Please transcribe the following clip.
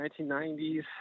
1990s